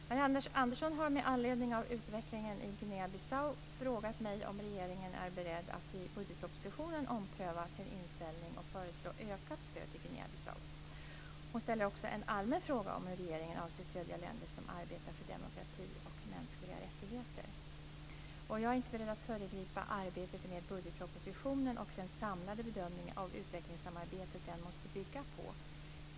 Fru talman! Marianne Andersson har med anledning av utvecklingen i Guinea-Bissau frågat mig om regeringen är beredd att i budgetpropositionen ompröva sin inställning och föreslå ökat stöd till Guinea Bissau. Hon ställer också en allmän fråga om hur regeringen avser stödja länder som arbetar för demokrati och mänskliga rättigheter. Jag är inte beredd att föregripa arbetet med budgetpropositionen och den samlade bedömning av utvecklingssamarbetet som den måste bygga på.